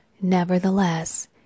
Nevertheless